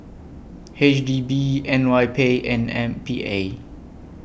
H D B N Y P and M P A